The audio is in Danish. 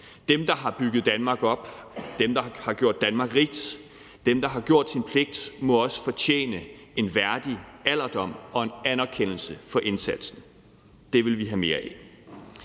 Dem, der har bygget Danmark op, dem, der har gjort Danmark rigt, dem, der har gjort deres pligt, må også fortjene en værdig alderdom og en anerkendelse for indsatsen. Det vil vi have mere af.